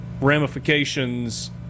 ramifications